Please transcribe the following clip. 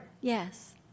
Yes